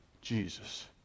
Jesus